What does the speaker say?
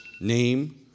name